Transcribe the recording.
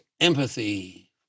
empathy